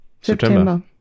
September